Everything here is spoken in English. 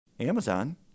Amazon